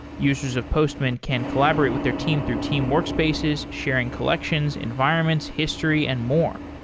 users of postman can collaborate with their team through team workspaces, sharing collections, environments, history and more.